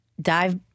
Dive